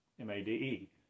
M-A-D-E